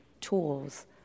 tools